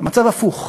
המצב הפוך.